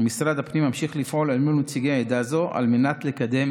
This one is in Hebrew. ומשרד הפנים ממשיך לפעול אל מול נציגי עדה זו על מנת לקדם